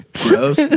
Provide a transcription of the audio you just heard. gross